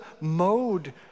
mode